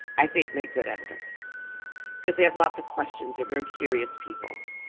i think make good editors because they have lots of questions, are very curious people.